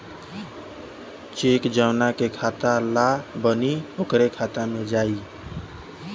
check जौना के खाता ला बनी ओकरे खाता मे जाई